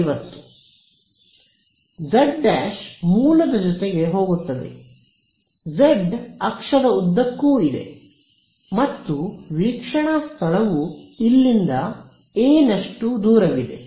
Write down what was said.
z 'ಮೂಲದ ಜೊತೆಗೆ ಹೋಗುತ್ತದೆ ಜೆಡ್ ಅಕ್ಷದ ಉದ್ದಕ್ಕೂ ಇದೆ ಮತ್ತು ವೀಕ್ಷಣಾ ಸ್ಥಳವು ಇಲ್ಲಿಂದ ಎ ನಷ್ಟು ದೂರವಿದೆ